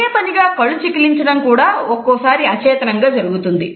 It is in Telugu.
అదేపనిగా కళ్ళు చికిలించడం కూడా ఒక్కోసారి అచేతనంగా జరుగుతుంది